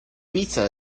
pizza